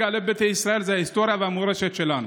כרגע לביתא ישראל זה ההיסטוריה והמורשת שלנו,